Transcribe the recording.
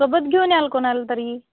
सोबत घेऊन याल कोणाला तरी